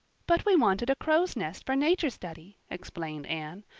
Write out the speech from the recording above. but we wanted a crow's nest for nature study, explained anne.